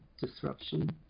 disruption